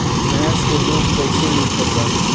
भैंस के दूध कईसे लीटर बा?